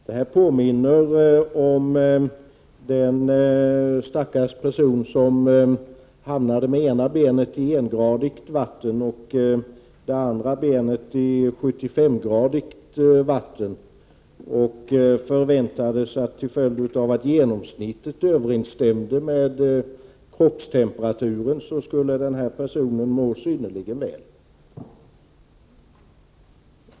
Det här påminner om den stackars person som hamnade med det ena benet i 1-gradigt vatten och det andra i 75-gradigt. Till följd av att genomsnittet överensstämde med kroppstemperaturen förväntades denna person må synnerligen väl.